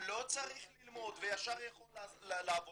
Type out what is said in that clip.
לא צריך ללמוד וישר יכול לעבוד,